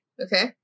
okay